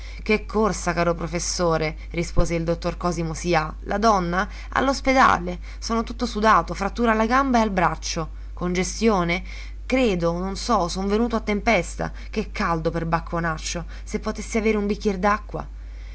che corsa caro professore rispose il dottor cosimo sià la donna all'ospedale sono tutto sudato frattura alla gamba e al braccio congestione credo non so son venuto a tempesta che caldo per bacconaccio se potessi avere un bicchier